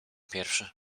pierwszy